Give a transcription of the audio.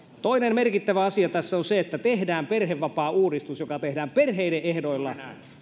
toinen merkittävä asia tässä on se että tehdään perhevapaauudistus joka tehdään perheiden ehdoilla